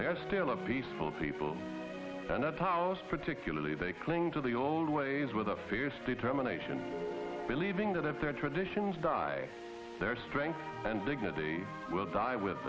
they are still a peaceful people and particularly they cling to the old ways without fierce determination believing that if their traditions die their strength and dignity will die with